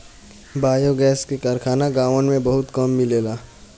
biogas क कारखाना गांवन में बहुते कम मिलेला